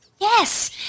Yes